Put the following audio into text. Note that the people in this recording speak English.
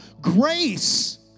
Grace